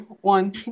one